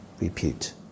Repeat